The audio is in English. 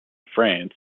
france